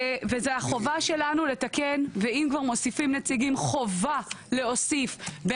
זו החובה שלנו לתקן ואם כבר מוסיפים נציגים חובה להוסיף את נציג קק"ל,